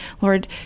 Lord